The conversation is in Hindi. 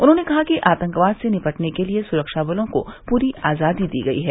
उन्होंने कहा कि आतंकवाद से निपटने के लिए सुरक्षा बलों को पूरी आजादी दी गई है